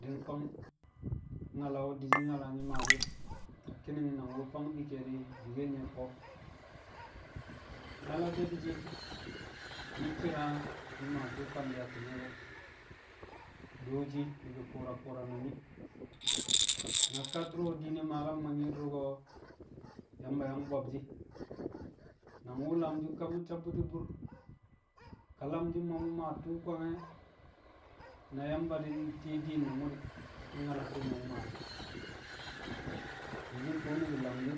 Di̱ nkwang, nyala wṵ di̱shi̱ nyala nyi̱ maashi̱ e̱, nang wu̱ ki̱ni̱ng nang wṵ fang bi ke̱e̱di̱ bikkel nye̱ ko̱, nyala she̱ di̱shi̱, nyi̱ shi̱ra nyi̱ maa tṵṵ fanshe̱ a ti̱me̱ ko̱, dooshi ni̱bi̱ ku̱u̱ra ku̱u̱ra na nyi̱. Na kar du̱ro̱ diine maake̱l mo̱ nyi̱i̱di̱r ko̱, Yamba yang bo̱b shi̱ nang wu̱ lamshi̱ ka mu̱ sabbu̱ti̱ bur ka lamshi̱ ma mu̱ maa tṵṵ kwange̱, na Yamba di̱ nti̱i̱ diin na mu̱ di̱, mangkẹ na tṵṵ ma mu̱ maa dẹ. Di̱shi̱ tṵṵ ni̱bi̱ lamshi̱